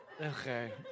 Okay